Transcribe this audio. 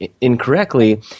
incorrectly